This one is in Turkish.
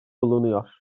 bulunuyor